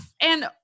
And-